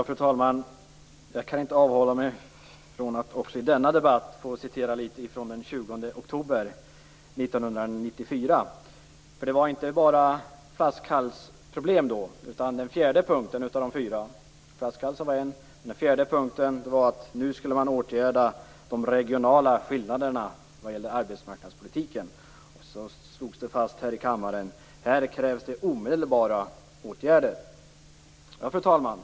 Fru talman! Jag kan inte avhålla mig från att också i denna debatt få återge vad som sades i debatten den 20 oktober 1994. Det var inte bar flaskhalsproblem då, utan den fjärde punkten av de fyra var att man nu skulle åtgärda de regionala skillnaderna vad gäller arbetsmarknadspolitiken. Det slogs fast här i kammaren: Här krävs det omedelbara åtgärder. Fru talman!